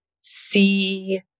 see